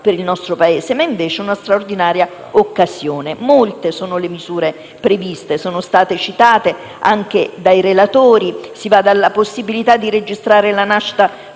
il nostro Paese, ma una straordinaria occasione. Molte sono le misure previste, citate anche dai relatori: si va dalla possibilità di registrare la nascita